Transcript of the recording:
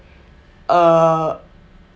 uh